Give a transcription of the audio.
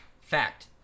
Fact